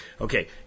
Okay